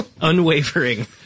unwavering